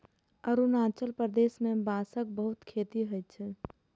अरुणाचल प्रदेश मे बांसक बहुत खेती होइ छै